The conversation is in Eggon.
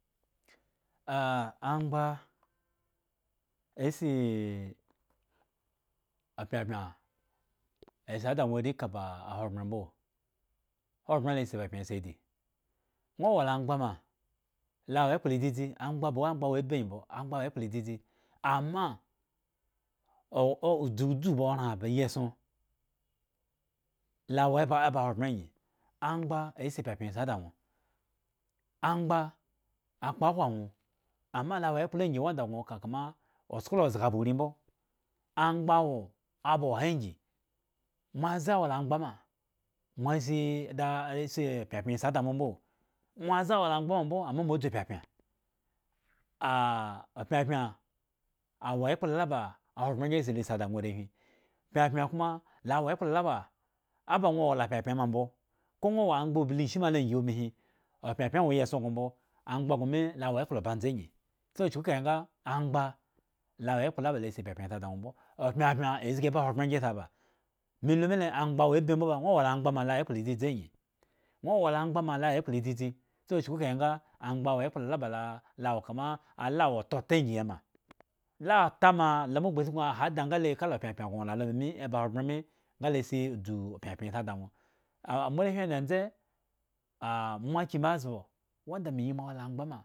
Angba asi apyapya asi ada ŋwo arekaba ahogbren mbo hogbren la si opyapyan la si adi ŋwo wo la angba ma lo awo ekpla dzidzi angba bawe angba wo abi angyi mbo angba wo ekpla dzidzi ama dzudzu ba oran ba iyieson lo awo eba ahiogbren angyi, amgba asi opyapyan asi ada ŋwo, amgba akpoahwo aŋwo ama lo awo ekpla angyi wanda gŋo ka kama osko lo zga ba urii mbo, amgba wo aba oha angyi, moaze wo la angba ma mo asi da asi opyapyan asi da mo mbo, mo aze wo la amgba ma mbo ama mo adzu pyapyan ah opyapyan awo ekpla la ba ahogbren angyi asi lo si ada arehwin, pyapyan koma lo wo ekpla la ba aba ŋwo wola pyapyan ma mbo lo ŋwo amgba bli ishi malo angyi ubin opyapyan wo ityieson gŋo mbo, angba gŋo mi lo awo kpla abantza angyi, so chuku kahe nga amgba lo awo ekplo la balo si opyapyan asi ada ŋwo mbo opyapyan azgi eba ahogbren angyi sa ba, melu mile angba wo abi mbo ba ŋwo wo la ngba ma lo awo ekpla dzidzi angyi, ŋwo wo la angba ma lo awo ekpla dzidzi, so chuku kahe nga angba wo ekpla laba lo lawo kama ala wo nga amgba wo ekpla laba lo lawo. kama ala wo otata angyi ema, lo atama lo mbo ba suknu ahada ngale kala pyapyan gŋo wola lo ma mi eba ahogbren mi nga lo si dzu pyapyan si ada ŋwo moarehwin dzedzen mo akyin mezbo wanda me yi mo awo la amgba ma.